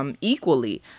Equally